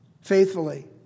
faithfully